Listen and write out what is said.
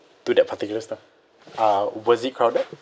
to that particular stuff uh was it crowded